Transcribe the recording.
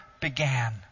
began